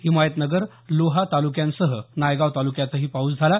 हिमायतनगर लोहा तालुक्यांसह नायगाव तालुक्यातही पाऊस झाला